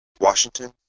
Washington